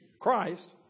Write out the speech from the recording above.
Christ